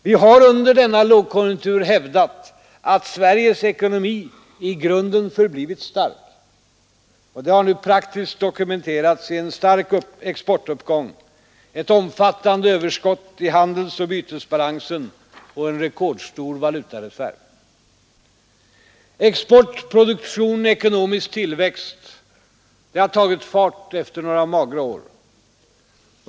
Vi har under denna lågkonjunktur hävdat att Sveriges ekonomi i grunden förblivit stark. Det har nu praktiskt dokumenterats i en stark exportuppgång, ett omfattande överskott i handelsoch bytesbalansen och en rekordstor valutareserv. Export, produktion, ekonomisk tillväxt har tagit fart efter några magra år.